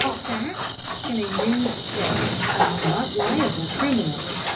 facts in a nude state are not liable criminally,